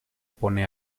pone